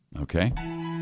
Okay